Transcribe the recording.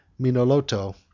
Minoloto